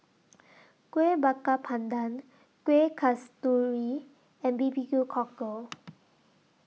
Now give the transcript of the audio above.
Kueh Bakar Pandan Kueh Kasturi and B B Q Cockle